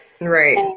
Right